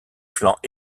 flancs